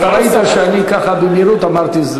אתה ראית שאני במהירות אמרתי,